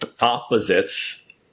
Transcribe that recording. opposites